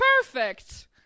perfect